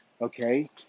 okay